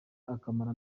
akamara